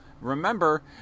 remember